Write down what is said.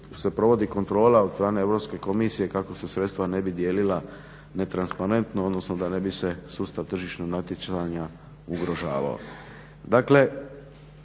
se provodi kontrola od strane Europske komisije kako se sredstva ne bi dijelila netransparentno, odnosno da ne bi se sustav tržišnog natjecanja ugrožavao.